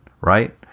right